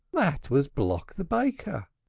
that was block the baker.